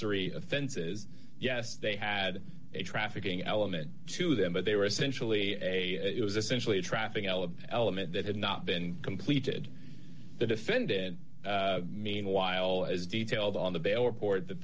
y offenses yes they had a trafficking element to them but they were essentially a it was essentially a traffic l of element that had not been completed the defendant meanwhile as detailed on the bail report that